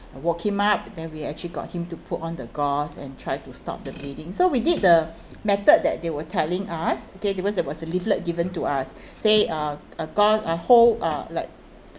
I woke him up then we actually got him to put on the gauze and try to stop the bleeding so we did the method that they were telling us okay because there was a leaflet given to us say uh uh gauze uh hold uh like